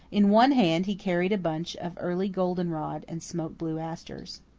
in one hand he carried a bunch of early goldenrod and smoke-blue asters.